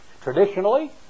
Traditionally